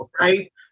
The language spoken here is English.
right